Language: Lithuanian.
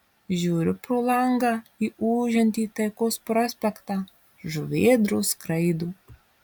žiūriu pro langą į ūžiantį taikos prospektą žuvėdros skraido